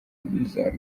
n’iza